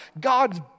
God's